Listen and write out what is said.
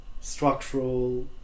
structural